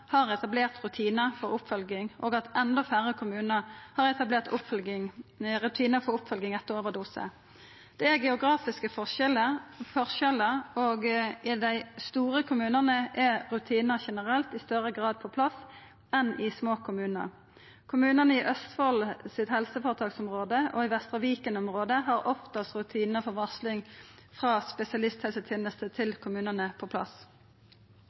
har etablert rutinar for oppfølging, og at enda færre kommunar har etablert rutinar for oppfølging etter overdose. Det er geografiske forskjellar, og i dei store kommunane er rutinane generelt i større grad på plass enn i små kommunar. Kommunane i helseføretaksområdet til Østfold og i Vestre Viken-området har oftast rutinane for varsling frå spesialisthelsetenesta til kommunane på plass.